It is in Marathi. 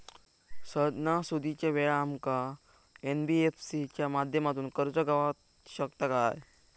सणासुदीच्या वेळा आमका एन.बी.एफ.सी च्या माध्यमातून कर्ज गावात शकता काय?